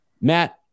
Matt